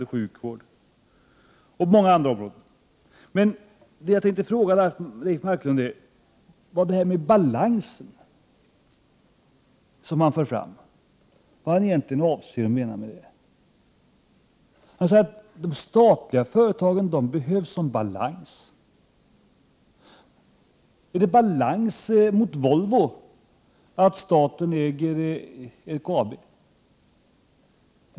Det finns också många andra områden. Men det som jag tänker fråga Leif Marklund om gäller det som han sade om behovet av balans. Vad menar han egentligen med det? Han säger att de statliga företagen behövs som balans. Är det balans mot Volvo att staten äger LKAB?